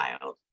child